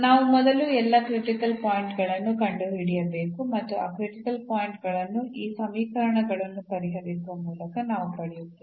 ನಾವು ಮೊದಲು ಎಲ್ಲಾ ಕ್ರಿಟಿಕಲ್ ಪಾಯಿಂಟ್ ಗಳನ್ನು ಕಂಡುಹಿಡಿಯಬೇಕು ಮತ್ತು ಆ ಕ್ರಿಟಿಕಲ್ ಪಾಯಿಂಟ್ ಗಳನ್ನು ಈ ಸಮೀಕರಣಗಳನ್ನು ಪರಿಹರಿಸುವ ಮೂಲಕ ನಾವು ಪಡೆಯುತ್ತೇವೆ